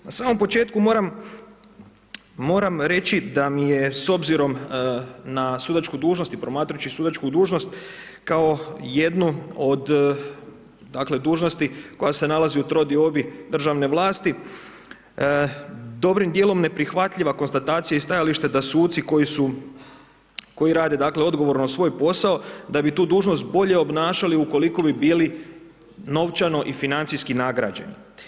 Na samo početku moram reći da mi je s obzirom na sudačku dužnost i promatrajući sudačku dužnost kao jednu od dakle dužnosti koja se nalazi u trodiobi državne vlasti dobrim dijelom neprihvatljiva konstatacija i stajalište da suci koji rade dakle odgovorno svoj posao da bi tu dužnost bolje obnašali ukoliko bi bili novčano i financijski nagrađeni.